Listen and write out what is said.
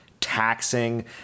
taxing